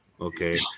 Okay